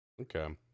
Okay